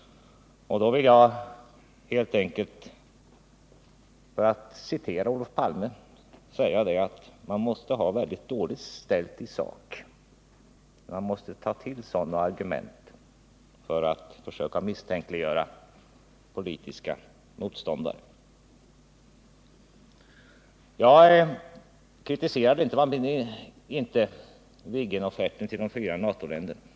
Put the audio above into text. För att citera Olof Palme vill jag helt enkelt säga, att man måste ha det väldigt dåligt ställt i sak när man tar till sådana argument för att försöka misstänkliggöra politiska motståndare. Jag kritiserade inte Viggenofferten till de fyra NATO-länderna.